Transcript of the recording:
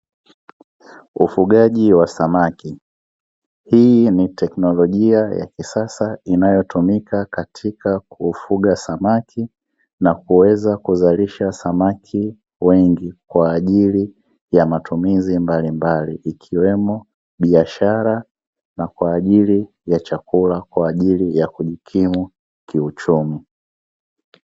Ufugaji wa samaki, hii ni teknolojia ya kisasa inayotumika katika kufuga samaki na kuweza kuzalisha samaki wengi, kwa ajili ya matumizi mbalimbali ikiwemo biashara na kwa ajili ya chakula kwa ajili ya kujikimu kiuchumi.